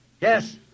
yes